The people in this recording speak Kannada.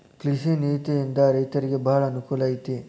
ಕೃಷಿ ನೇತಿಯಿಂದ ರೈತರಿಗೆ ಬಾಳ ಅನಕೂಲ ಐತಿ